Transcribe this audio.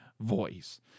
voice